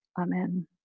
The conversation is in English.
Amen